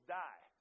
die